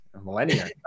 millennia